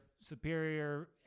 superior